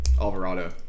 Alvarado